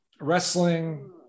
wrestling